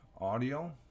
Audio